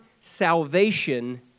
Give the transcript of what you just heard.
salvation